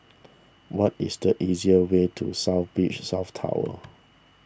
what is the easier way to South Beach South Tower